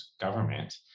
government